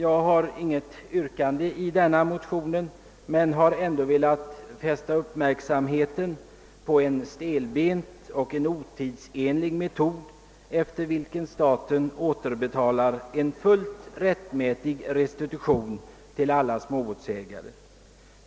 Jag har inget yrkande, men jag har ändå velat fästa uppmärksamheten på en stelbent och otidsenlig metod, efter vilken staten återbetalar en fullt rättmätig restitution till alla småbåtsägare.